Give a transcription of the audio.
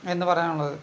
എന്ന് പറയാനുള്ളത്